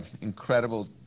incredible